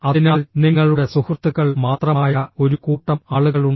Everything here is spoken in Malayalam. അതിനാൽ നിങ്ങളുടെ സുഹൃത്തുക്കൾ മാത്രമായ ഒരു കൂട്ടം ആളുകളുണ്ട്